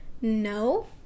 No